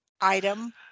item